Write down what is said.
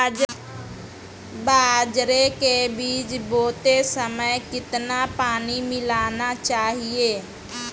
बाजरे के बीज बोते समय कितना पानी मिलाना चाहिए?